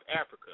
Africa